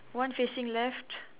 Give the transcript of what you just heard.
one facing left